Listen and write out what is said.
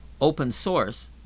open-source